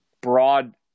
broad